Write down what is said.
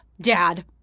Dad